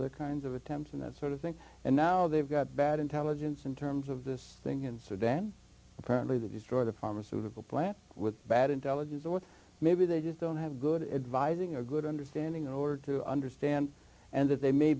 other kinds of attempts and that sort of thing and now they've got bad intelligence in terms of this thing and so then apparently the destroy the pharmaceutical plant with bad intelligence or maybe they just don't have good advising a good understanding in order to understand and that they may